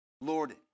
Lord